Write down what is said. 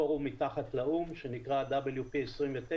פורום מתחת לאו"ם שנקרא WP29,